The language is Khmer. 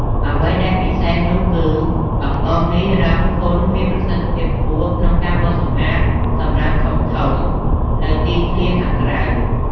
អ្វីដែលពិសេសនោះគឺ អំបោសនេះ រឹង ធ្ងន់ មានប្រសិទ្ធភាពខ្ពស់ក្នុងការបោសសម្អាតសំរាមធំៗនៅទីធ្លាខាងក្រៅ។